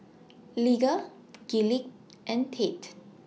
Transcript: Lige Gillie and Tate